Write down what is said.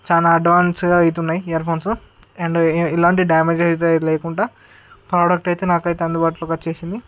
చాలా అడ్వాన్స్గా అవుతున్నాయి ఇయర్ఫోన్స్ అండ్ ఇలాంటి డ్యా డ్యామేజ్ అయితే లేకుండా ప్రోడక్ట్ అయితే నాకు అయితే అందుబాటులోకి వచ్చేసింది